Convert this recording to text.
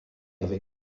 avec